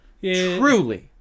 truly